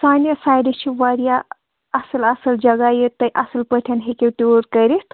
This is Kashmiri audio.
سانہِ سایڈٕ چھِ واریاہ اَصٕل اَصٕل جگہ ییٚتہِ تُہۍ اَصٕل پٲٹھٮ۪ن ہیٚکِو ٹیٛوٗر کٔرِتھ